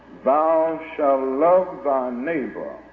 thou shall love thy neighbor,